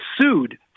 sued